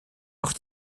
auch